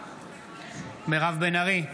בעד מירב בן ארי,